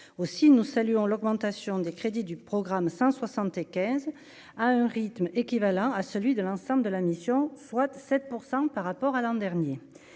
aussi, nous saluons l'augmentation des crédits du programme 175 à un rythme équivalent à celui de l'ensemble de la mission, soit de 7 % par rapport à l'an dernier,